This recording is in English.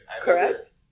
Correct